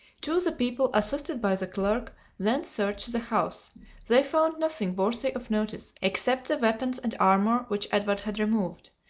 two of the people, assisted by the clerk, then searched the house they found nothing worthy of notice, except the weapons and armor which edward had removed,